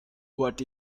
what